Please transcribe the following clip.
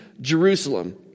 Jerusalem